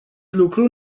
lucru